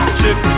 chip